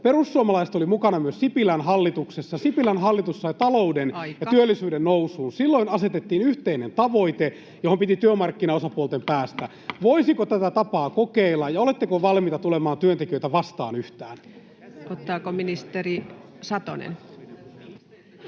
Perussuomalaiset oli mukana myös Sipilän hallituksessa. [Puhemies koputtaa — Puhemies: Aika!] Sipilän hallitus sai talouden ja työllisyyden nousuun. Silloin asetettiin yhteinen tavoite, johon piti työmarkkinaosapuolten päästä. Voisiko tätä tapaa kokeilla, ja oletteko valmiita tulemaan työntekijöitä vastaan yhtään? [Speech 452] Speaker: